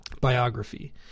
biography